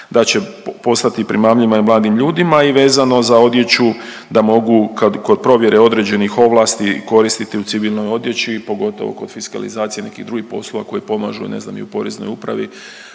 će postati primamljiva i mladim ljudima i vezano za odjeću da mogu kod provjere određenih ovlasti koristiti u civilnoj odjeći pogotovo kod fiskalizacije nekih drugih poslova koji pomažu ne znam i u Poreznoj upravi